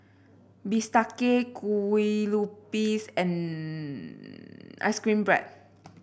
bistake Kue Lupis and ice cream bread